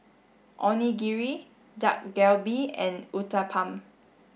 Onigiri Dak Galbi and Uthapam